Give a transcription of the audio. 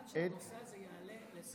עד שהנושא הזה יעלה לסדר-היום.